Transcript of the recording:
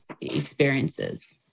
experiences